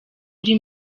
uri